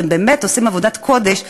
הם באמת עושים עבודת קודש,